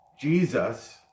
Jesus